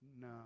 No